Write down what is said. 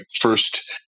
first